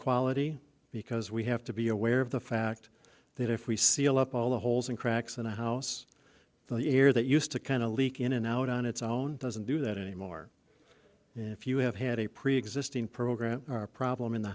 quality because we have to be aware of the fact that if we seal up all the holes and cracks in a house the air that used to kind of leak in and out on its own doesn't do that anymore if you have had a preexisting program or a problem in the